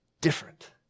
different